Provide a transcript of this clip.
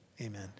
Amen